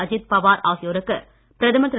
அஜீத் பவார் ஆகியோருக்கு பிரதமர் திரு